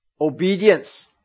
Obedience